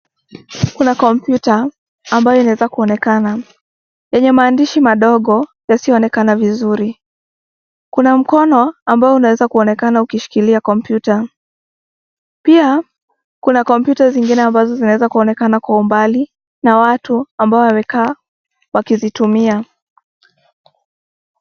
Kuna kompyuta ambayo inaweza kuonekana yenye maandishi madogo yasiyoonekana vizuri. Kuna mkono ambao unaweza kuonekana ukishikilia kompyuta . Pia kuna kompyuta zingine ambazo zinaweza kuonekana kwa umbali na watu ambao wamekaa wakizitumia.